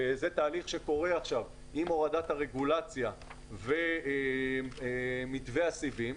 וזה תהליך שקורה עכשיו עם הורדת הרגולציה ומתווה הסיבים.